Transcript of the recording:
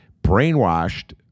brainwashed